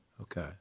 Okay